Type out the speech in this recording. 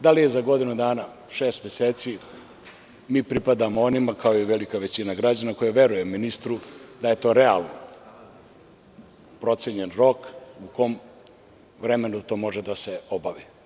Da li je za godinu dana, šest meseci, mi pripadamo onima, kao i velika većina građana, koja veruje ministru da je to realno procenjen rok u kom vremenu to može da se obavi.